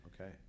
okay